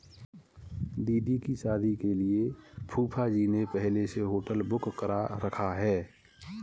दीदी की शादी के लिए फूफाजी ने पहले से होटल बुक कर रखा है